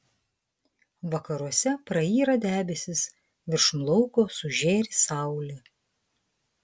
vakaruose prayra debesys viršum lauko sužėri saulė